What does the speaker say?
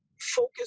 focus